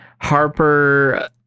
Harper